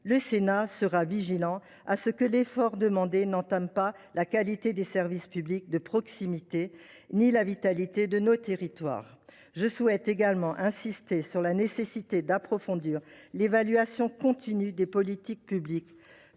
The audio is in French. Le Sénat prendra garde à ce que l’effort demandé n’entame pas la qualité des services publics de proximité ni la vitalité de nos territoires. Je souhaite également insister sur la nécessité d’approfondir l’évaluation continue des politiques publiques,